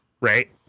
right